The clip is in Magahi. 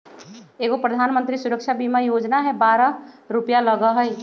एगो प्रधानमंत्री सुरक्षा बीमा योजना है बारह रु लगहई?